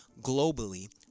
globally